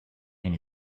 and